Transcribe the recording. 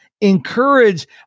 encourage